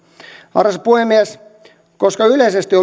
arvoisa puhemies koska yleisesti